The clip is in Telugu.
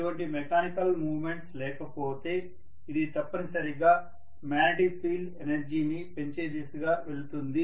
ఎటువంటి మెకానికల్ మూమెంట్స్ లేకపోతే ఇది తప్పనిసరిగా మాగ్నెటిక్ ఫీల్డ్ ఎనర్జీని పెంచే దిశగా వెళుతుంది